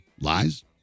lies